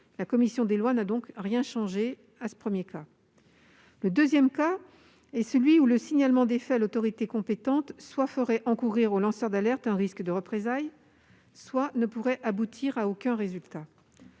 La commission des lois n'a donc rien changé à ce premier cas. Le deuxième cas est celui où le signalement des faits à l'autorité compétente soit ferait courir au lanceur d'alerte un risque de représailles, soit ne pourrait aboutir à aucun résultat.